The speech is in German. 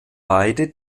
beide